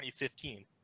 2015